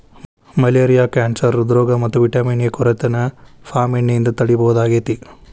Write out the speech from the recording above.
malaria cancer ಹ್ರೃದ್ರೋಗ ಮತ್ತ vitamin A ಕೊರತೆನ ಪಾಮ್ ಎಣ್ಣೆಯಿಂದ ತಡೇಬಹುದಾಗೇತಿ